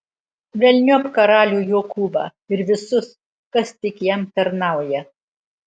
velniop karalių jokūbą ir visus kas tik jam tarnauja